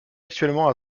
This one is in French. actuellement